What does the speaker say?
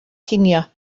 cinio